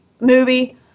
movie